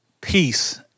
peace